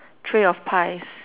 tray of pies